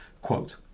Quote